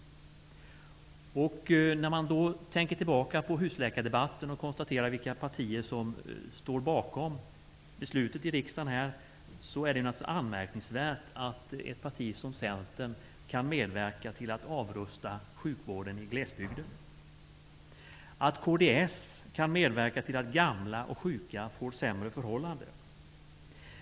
När man tänker tillbaka på husläkardebatten och vilka partier som står bakom beslutet i riksdagen, måste man konstatera att det är anmärkningsvärt att ett parti som Centern kan medverka till att avrusta sjukvården i glesbygden och att kds kan medverka till att gamla och sjuka får sämre förhållanden.